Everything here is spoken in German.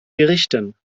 gerichten